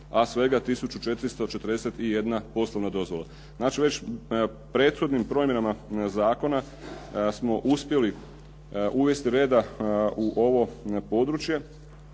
a svega tisuću 441 poslovna dozvola. Znači, već prethodnim promjenama zakona smo uspjeli uvesti reda u ovo područje